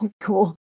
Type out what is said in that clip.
cool